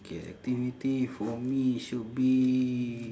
okay activity for me should be